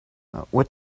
what